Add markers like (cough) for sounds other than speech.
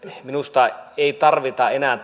minusta ei tarvita enää (unintelligible)